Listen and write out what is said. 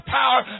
power